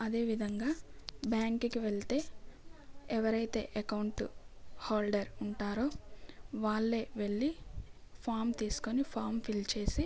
అదే విధంగా బ్యాంక్కి వెళితే ఎవరు అయితే అకౌంటు హోల్డర్ ఉంటారో వాళ్ళే వెళ్ళి ఫార్మ్ తీసుకొని ఫార్మ్ ఫిల్ చేసి